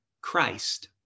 Christ